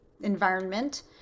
environment